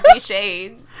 shades